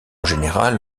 général